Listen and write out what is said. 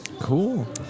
Cool